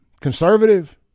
conservative